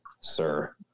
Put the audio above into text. sir